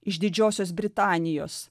iš didžiosios britanijos